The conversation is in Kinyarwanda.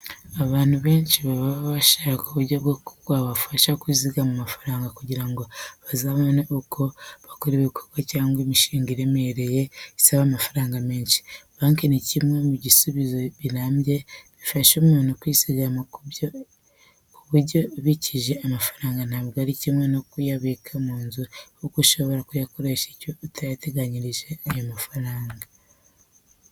Abantu benshi baba bashaka uburyo bwabafasha kuzigama amafaranga kugira ngo bazabone uko bakora ibikorwa cyangwa se imishinga iremereye isaba imbaraga nyinshi. Banki ni kimwe mu bisubizo birambye bifasha umuntu kwizigama kuko iyo ubikijeho amafaranga ntabwo ari kimwe n'uko wayabika mu nzu kuko ushobora kuyakoresha icyo utateganirije ayo mafaranga.